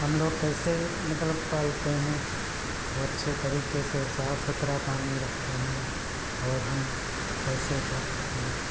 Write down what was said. हम लोग कैसे मतलब पालते हैं और अच्छे तरीके से साफ सुथरा पानी रखते हैं और हम कैसे क्या करते हैं